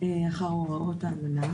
למזעור ההשפעות המזיקות.